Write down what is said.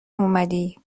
اومدی